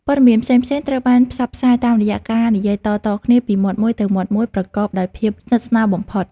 ព័ត៌មានផ្សេងៗត្រូវបានផ្សព្វផ្សាយតាមរយៈការនិយាយតៗគ្នាពីមាត់មួយទៅមាត់មួយប្រកបដោយភាពស្និទ្ធស្នាលបំផុត។